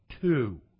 two